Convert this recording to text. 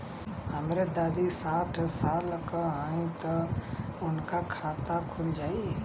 हमरे दादी साढ़ साल क हइ त उनकर खाता खुल जाई?